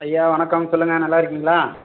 ஐயா வணக்கம் சொல்லுங்கள் நல்லா இருக்கீங்களா